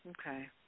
Okay